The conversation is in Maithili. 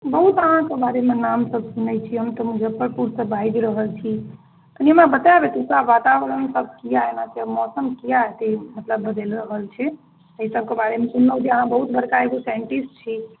बहुत अहाँके बारेमे नामसब सुनै छी हम तऽ मुजफ्फरपुरसँ बाजि रहल छी कनी हमरा बताएब एतौका वातावरण सब किएक एना छै मौसम किएक एते मतलब बदलि रहल छै एहिसबके बारेमे सुनलहुँ जे अहाँ बहुत बड़का एगो साइन्टिस्ट छी